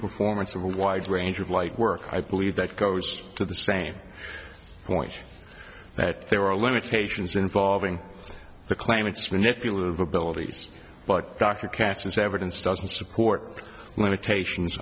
performance of a wide range of light work i believe that goes to the same point that there were limitations involving the claimants manipulative abilities but dr katz as evidence doesn't support limitations